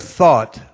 thought